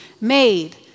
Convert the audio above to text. made